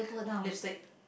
lipstick